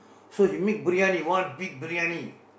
so he make briyani one big briyani